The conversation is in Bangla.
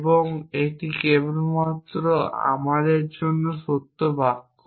এবং এটি কেবলমাত্র আমাদের জন্য সত্য বাক্য